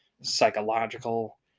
psychological